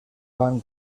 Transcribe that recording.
van